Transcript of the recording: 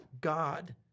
God